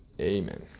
Amen